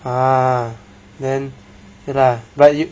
ah then okay lah but you